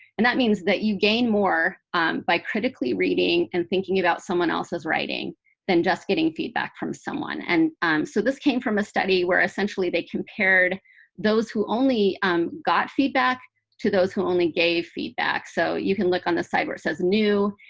and that means that you gain more by critically reading and thinking about someone else's writing than just getting feedback from someone. and so this came from a study where essentially they compared those who only um got feedback to those who only gave feedback. so you can look on the side where it says new.